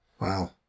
Wow